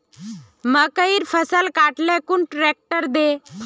मकईर फसल काट ले कुन ट्रेक्टर दे?